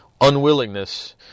unwillingness